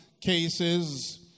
cases